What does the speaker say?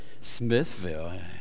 Smithville